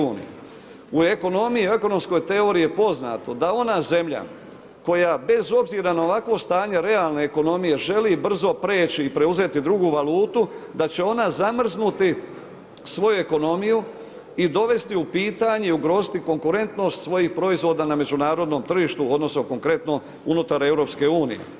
U ekonomiji, u ekonomskoj teoriji je poznato da ona zemlja koja bez obzira na ovakvo stanje realne ekonomije želi brzo prijeći i preuzeti drugu valutu, da će ona zamrznuti svoju ekonomiju i dovesti u pitanje i ugroziti konkurentnost svojih proizvoda na međunarodnom tržištu, odnosno konkretno unutar EU.